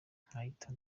nkahita